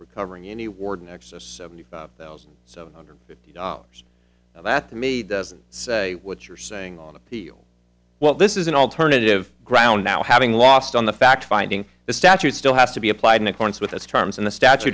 recovering any warden excess seventy five thousand seven hundred fifty dollars that to me doesn't say what you're saying on appeal well this is an alternative ground now having lost on the fact finding the statute still has to be applied in accordance with its terms and the statu